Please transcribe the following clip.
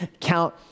count